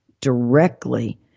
directly